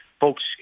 folks